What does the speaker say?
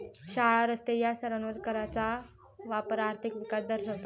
शाळा, रस्ते या सर्वांवर कराचा वापर आर्थिक विकास दर्शवतो